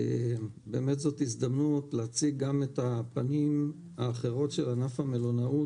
זאת באמת הזדמנות להציג גם את הפנים האחרות של ענף המלונאות,